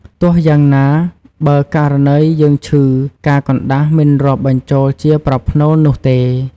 ទោះយ៉ាងណា បើករណីយើងឈឺ ការកណ្ដាស់មិនរាប់បញ្វូលជាប្រផ្នូលនោះទេ។